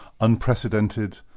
unprecedented